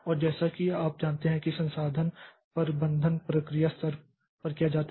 और जैसा कि आप जानते हैं कि संसाधन प्रबंधन प्रक्रिया स्तर पर किया जाता है